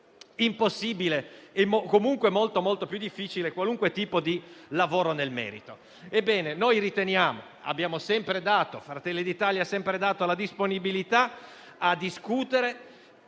impossibile o comunque molto più difficile qualunque tipo di lavoro nel merito.